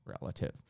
relative